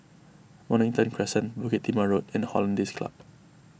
Mornington Crescent Bukit Timah Road and Hollandse Club